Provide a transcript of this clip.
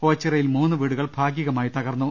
ഓച്ചിറയിൽ മൂന്നു വീടുകൾ ഭാഗികമായി തകർന്നു